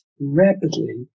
rapidly